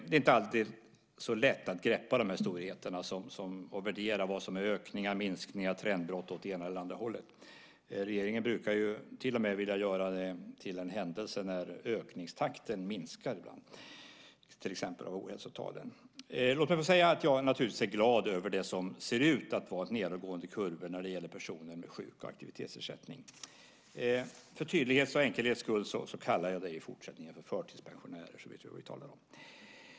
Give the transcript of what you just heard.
Det är inte alltid så lätt att greppa de här storheterna och värdera vad som är ökningar, minskningar och trendbrott åt det ena eller andra hållet. Regeringen brukar ju till och med vilja göra det till en händelse när ökningstakten minskar, till exempel för ohälsotalen. Låt mig säga att jag naturligtvis är glad över det som ser ut att vara nedåtgående kurvor när det gäller personer med sjuk och aktivitetsersättning. För tydlighets och enkelhets skull kallar jag dem i fortsättningen förtidspensionärer, så vet vi vad vi talar om.